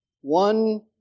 One